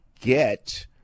get